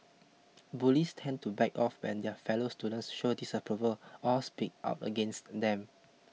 bullies tend to back off when their fellow students show disapproval or speak out against them